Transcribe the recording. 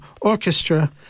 Orchestra